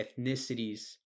ethnicities